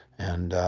and